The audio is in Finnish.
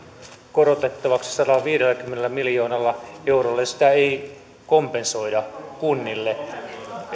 korotettavaksi sadallaviidelläkymmenellä miljoonalla eurolla ja sitä ei kompensoida kunnille